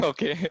Okay